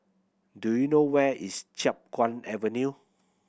do you know where is Chiap Guan Avenue